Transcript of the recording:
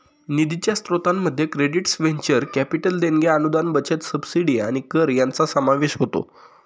निधीच्या स्त्रोतांमध्ये credits venture capital देणग्या अनुदान बचत सबसिडी आणि कर यांचा समावेश होतो